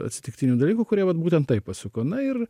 atsitiktinių dalykų kurie vat būtent taip pasuko na ir